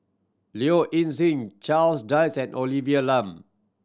Low Ing Sing Charles Dyce and Olivia Lum